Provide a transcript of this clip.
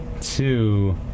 two